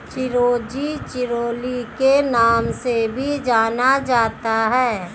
चिरोंजी चिरोली के नाम से भी जाना जाता है